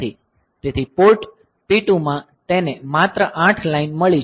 તેથી port P2 માં તેને માત્ર 8 લાઇન મળી છે